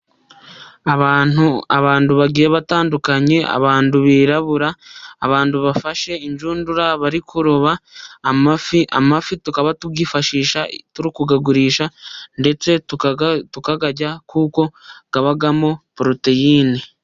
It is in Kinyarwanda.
Abantu, abantu bagiye batandukanye, abantu birabura, abantu bafashe inshundura bari kuroba amafi, amafi tukaba tuyifashisha turi kuyagurisha ndetse tukayarya, kuko abamo poroteyine.